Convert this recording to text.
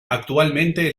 actualmente